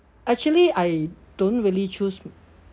actually I don't really choose